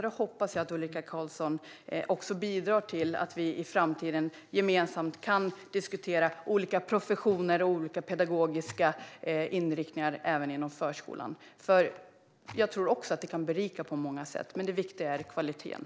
Jag hoppas att Ulrika Carlsson bidrar till att vi i framtiden gemensamt kan diskutera olika professioner och pedagogiska inriktningar även inom förskolan. Jag tror att det kan berika på många sätt. Men det viktiga är kvaliteten.